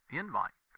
invite